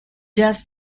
death